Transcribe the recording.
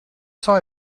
saw